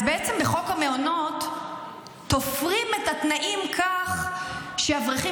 אז בעצם בחוק המעונות תופרים את התנאים כך שאברכים